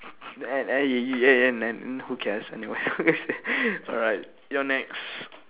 and and he and who cares anyway alright you're next